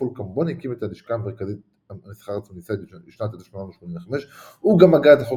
פול קמבון הקים את לשכת המסחר התוניסאית בשנת 1885. הוא גם הגה את החוק